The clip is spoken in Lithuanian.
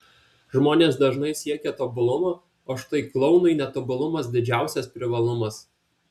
žmonės dažnai siekia tobulumo o štai klounui netobulumas didžiausias privalumas